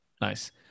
Nice